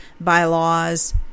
bylaws